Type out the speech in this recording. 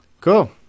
Cool